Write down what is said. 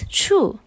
true